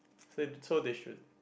s~ so they should